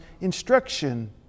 instruction